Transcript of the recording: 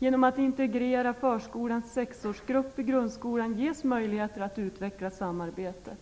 Genom att integrera förskolans sexårsgrupp i grundskolan ges möjligheter att utveckla samarbetet.